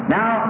Now